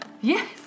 Yes